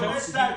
קונה צעצועים,